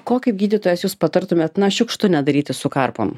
ko kaip gydytojas jūs patartumėt na šiukštu nedaryti su karpom